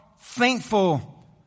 thankful